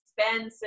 Expensive